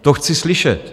To chci slyšet.